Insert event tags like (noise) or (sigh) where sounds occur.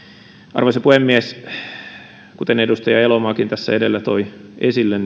arvoisa puhemies kuten edustaja elomaakin tässä edellä toi esille (unintelligible)